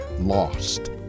lost